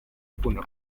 ukunda